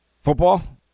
football